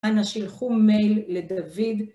אנא נשלחו מייל לדוד.